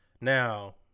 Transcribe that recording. Now